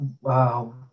wow